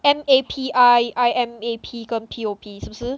M_A_P_I I_M_A_P 跟 P_O_P 是不是